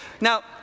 Now